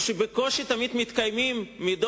ותמיד הם מתקיימים בקושי,